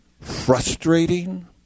frustrating